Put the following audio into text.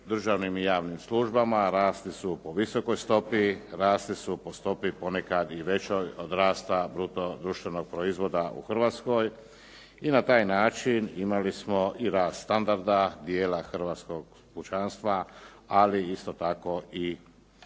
državnim i javnim službama rasle su po visokoj stopi, rasle su po stopi ponekad i većoj od rasta bruto društvenoj proizvoda u Hrvatskoj i na taj način imali smo i rast standarda dijela hrvatskog pučanstva, ali isto tako i socijalni